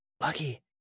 Lucky